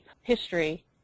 history